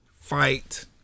fight